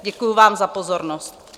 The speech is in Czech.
Děkuji vám za pozornost.